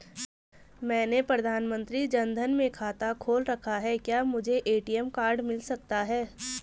मैंने प्रधानमंत्री जन धन में खाता खोल रखा है क्या मुझे ए.टी.एम कार्ड मिल सकता है?